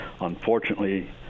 unfortunately